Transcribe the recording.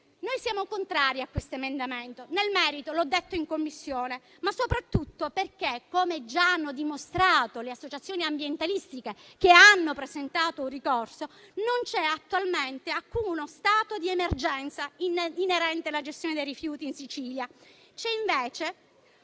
Noi siamo ad esso contrari nel merito, come ho detto in Commissione, e soprattutto perché, come già hanno dimostrato le associazioni ambientalistiche che hanno presentato un ricorso, non c'è attualmente alcuno stato di emergenza inerente alla gestione dei rifiuti in Sicilia.